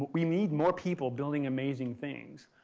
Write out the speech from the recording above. we need more people building amazing things.